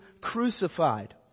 crucified